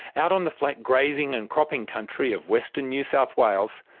out on the flat grazing and cropping country of western new south wales,